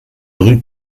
rue